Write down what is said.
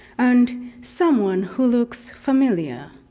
and someone who looks familiar.